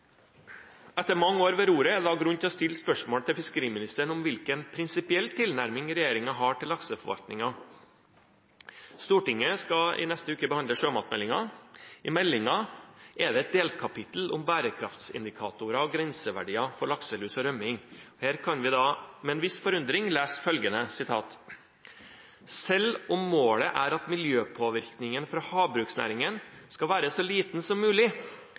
Etter mange år ved roret er det grunn til å stille spørsmål til fiskeriministeren om hvilken prinsipiell tilnærming regjeringen har til lakseforvaltningen. Stortinget skal i neste uke behandle sjømatmeldingen. I meldingen er det et delkapittel om bærekraftsindikatorer og grenseverdier for lakselus og rømming. Her kan vi med en viss forundring lese følgende: «Selv om målet er at miljøpåvirkningen fra havbruksnæringen skal være så liten som mulig,